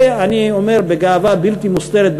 ואני אומר בגאווה בלתי מוסתרת,